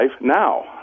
now